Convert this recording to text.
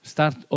Start